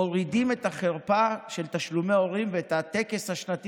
מורידים את החרפה של תשלומי הורים ואת הטקס השנתי